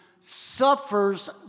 suffers